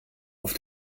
auf